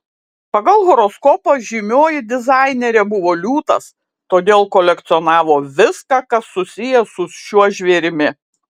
pagal horoskopą žymioji dizainerė buvo liūtas todėl kolekcionavo viską kas susiję su šiuo žvėrimi